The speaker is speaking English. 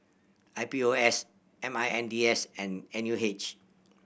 I P O S M I N D S and N U H